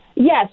Yes